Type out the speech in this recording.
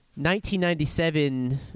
1997